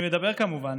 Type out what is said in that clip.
אני מדבר כמובן